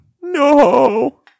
No